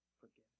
forgiven